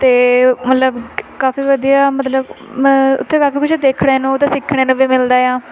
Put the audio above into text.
ਅਤੇ ਮਤਲਬ ਕਾਫੀ ਵਧੀਆ ਮਤਲਬ ਮੈਂ ਉੱਥੇ ਕਾਫੀ ਕੁਝ ਦੇਖਣ ਨੂੰ ਅਤੇ ਸਿੱਖਣੇ ਨੂੰ ਵੀ ਮਿਲਦਾ ਆ